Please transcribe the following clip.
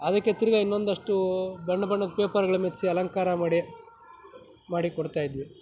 ಅದಕ್ಕೆ ತಿರ್ಗಾ ಇನ್ನೊಂದಷ್ಟು ಬಣ್ಣ ಬಣ್ಣದ ಪೇಪರ್ಗಳು ಮೆತ್ತಿಸಿ ಅಲಂಕಾರ ಮಾಡಿ ಮಾಡಿ ಕೊಡ್ತಾ ಇದ್ವಿ